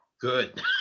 good